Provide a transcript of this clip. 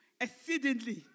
exceedingly